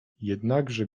jednakże